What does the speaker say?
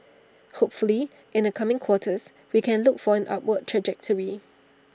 hopefully in the coming quarters we can look for an upward trajectory